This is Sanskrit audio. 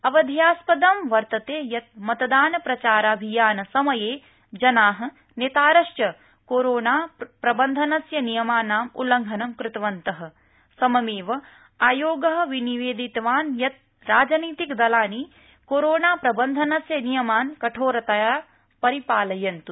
अवध्यप्रियदं वर्तत जित् मतदान प्रचारभियान समय ज़ना नक्प्रिश्च कोरोना प्रबन्धन नियमानां उल्लंघनं कृतवन्त सममद्द आयोग विनिवक्तिवान् यत् राजनीतिकदलानि कोरोना प्रबन्धस्य नियमान् कठोरतया परिपालयन्तु